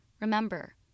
Remember